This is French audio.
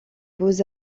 beaux